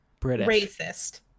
racist